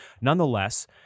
Nonetheless